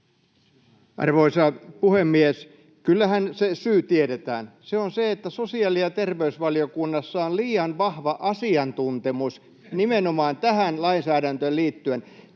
Arvoisa puhemies! Kyllähän se syy tiedetään: se on se, että sosiaali- ja terveysvaliokunnassa on liian vahva asiantuntemus nimenomaan tähän lainsäädäntöön liittyen.